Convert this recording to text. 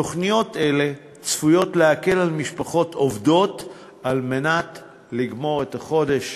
תוכניות אלה צפויות להקל על משפחות עובדות לגמור את החודש,